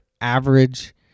average